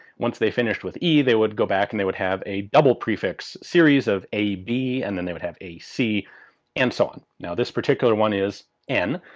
once they finished with e they would go back and they would have a double prefix series of ab and then they would have ac and so on. now this particular one is n,